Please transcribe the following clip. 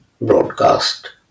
broadcast